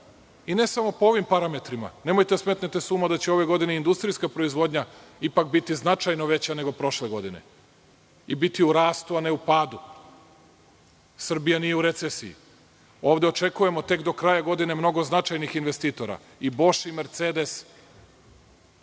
i ne samo po ovim parametrima, nemojte da smetnete s uma da će ove godine industrijska proizvodnja ipak biti znatno veća nego prošle godine. I biti u rastu a ne u padu. Srbija nije u recesiji. Ovde očekujemo tek do kraja godine mnogo značajnih investitora. I „Boš“ i „Mercedes“